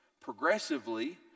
progressively